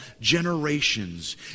generations